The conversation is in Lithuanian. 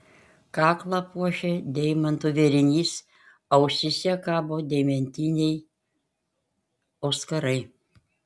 kaklą puošia deimantų vėrinys ausyse kabo deimantiniai auskarai